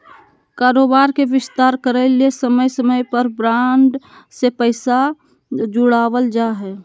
कारोबार के विस्तार करय ले समय समय पर बॉन्ड से पैसा जुटावल जा हइ